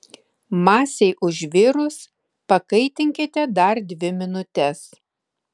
masei užvirus pakaitinkite dar dvi minutes